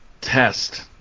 test